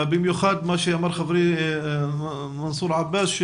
במיוחד מה שאמר חברי מנסור עבאס,